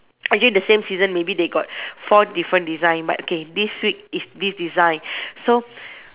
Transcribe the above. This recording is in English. again the same season maybe they got four different design but okay this week is this design so